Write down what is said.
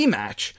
match